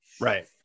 Right